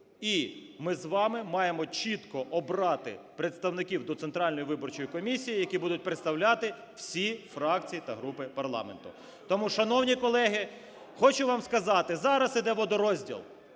І ми з вами маємо чітко обрати представників до Центральної виборчої комісії, які будуть представляти всі фракції та групи парламенту. Тому, шановні колеги, хочу вам сказати, зараз іде водорозділ: